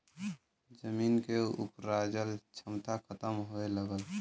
जमीन के उपराजल क्षमता खतम होए लगल